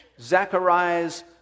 Zechariah's